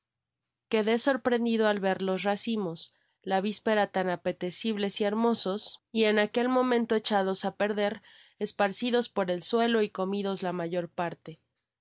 quedé sorprendido al ver los racimos la vispera tan apetecibles y hermosos y en aquel momento echados á perder esparcidos por el suelo y comidos la mayor parte